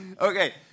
Okay